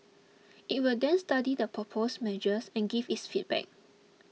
it will then study the proposed measures and give its feedback